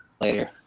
later